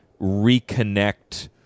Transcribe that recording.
reconnect